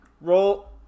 roll